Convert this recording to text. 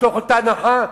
מאותה הנחה,